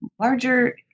larger